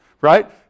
right